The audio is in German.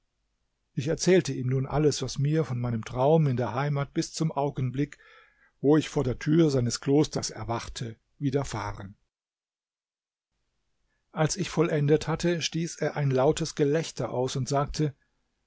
ich erzählte ihm nun alles was mir von meinem traum in der heimat bis zum augenblick wo ich vor der tür seines klosters erwachte widerfahren als ich vollendet hatte stieß er ein lautes gelächter aus und sagte